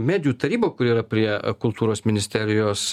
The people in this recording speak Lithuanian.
medijų taryba kuri yra prie kultūros ministerijos